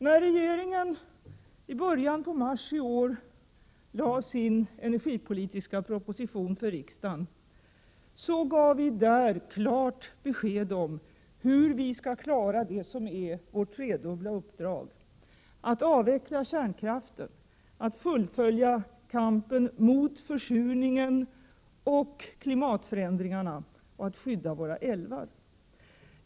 När regeringen i början av mars i år lade fram sin energipolitiska proposition för riksdagen, gav vi klart besked om hur vi skall klara det som är vårt tredubbla uppdrag, att avveckla kärnkraften, att fullfölja kampen mot försurning och klimatförändringar och att skydda våra älvar.